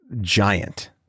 giant